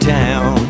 town